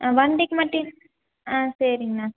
ஆ வண்டிக்கு மட்டும் ஆ சரிங்கண்ணா